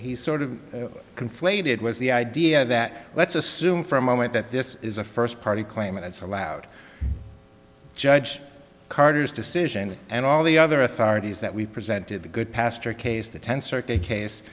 he sort of conflated was the idea that let's assume for a moment that this is a first party claim and it's allowed judge carter's decision and all the other authorities that we presented the goodpaster case the tenth circuit case